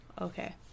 Okay